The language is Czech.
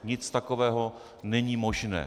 Nic takového není možné.